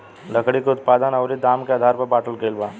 लकड़ी के उत्पादन अउरी दाम के आधार पर बाटल गईल बा